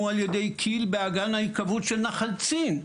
על ידי כי"ל באגן ההיקוות של נחל צין,